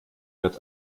wird